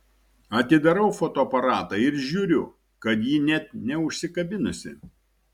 atidarau fotoaparatą ir žiūriu kad ji net neužsikabinusi